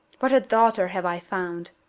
what a daughter have i found!